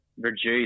reduce